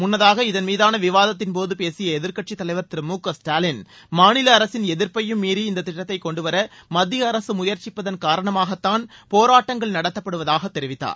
முன்னதாக இதன் மீதான விவாதத்தின் போது பேசிய எதிர்கட்சித் தலைவர் திரு மு க ஸ்டாலின் மாநில அரசின் எதிர்ப்பையும் மீறி இந்த திட்டத்தை கொண்டுவர மத்திய அரசு முயற்சிபதன் காரணமாகத்தாள் போராட்டங்கள் நடத்தப்படுவதாக தெரிவித்தார்